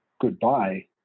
goodbye